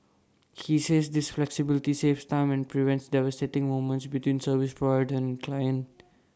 he says this flexibility saves time and prevents devastating moments between service provider and client